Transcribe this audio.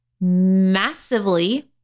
massively